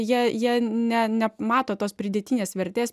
jie jie ne ne mato tos pridėtinės vertės